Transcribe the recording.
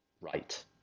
Right